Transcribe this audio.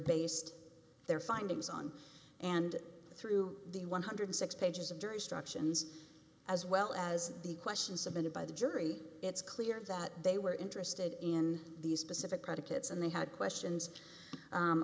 based their findings on and through the one hundred and six pages of jury instructions as well as the questions submitted by the jury it's clear that they were interested in these specific predicates and they had questions